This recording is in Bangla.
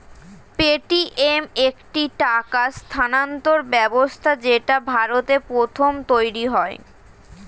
পেটিএম একটি টাকা স্থানান্তর ব্যবস্থা যেটা ভারতে প্রথম তৈরী হয়